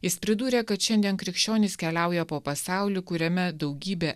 jis pridūrė kad šiandien krikščionys keliauja po pasaulį kuriame daugybė